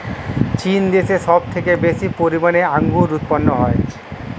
চীন দেশে সব থেকে বেশি পরিমাণে আঙ্গুর উৎপন্ন হয়